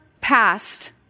passed